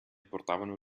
portavano